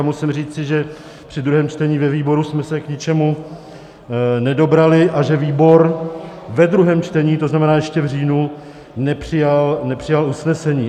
A musím říci, že při druhém čtení ve výboru jsme se k ničemu nedobrali a že výbor ve druhém čtení, to znamená ještě v říjnu, nepřijal usnesení.